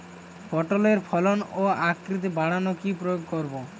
পটলের ফলন ও আকৃতি বাড়াতে কি প্রয়োগ করব?